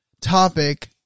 topic